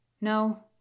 No